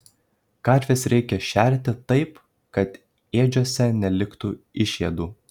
karves reikia šerti taip kad ėdžiose neliktų išėdų